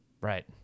right